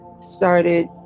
started